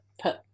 put